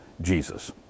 Jesus